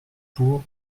pour